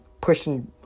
pushing